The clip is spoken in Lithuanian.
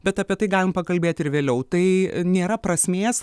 bet apie tai galim pakalbėt ir vėliau tai nėra prasmės